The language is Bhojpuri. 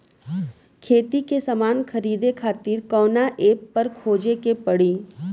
खेती के समान खरीदे खातिर कवना ऐपपर खोजे के पड़ी?